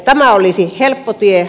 tämä olisi helppo tie